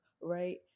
right